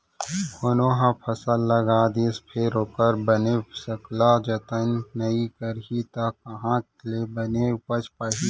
कोनो ह फसल गा दिस फेर ओखर बने सकला जतन नइ करही त काँहा ले बने उपज पाही